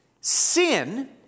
sin